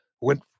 went